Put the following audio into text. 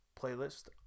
playlist